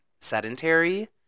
sedentary